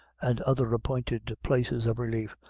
and other appointed places of relief,